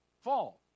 fall